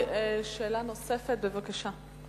שאלה נוספת, בבקשה.